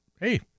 hey